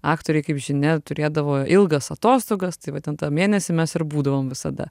aktoriai kaip žinia turėdavo ilgas atostogas tai tą mėnesį mes ir būdavom visada